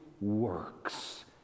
works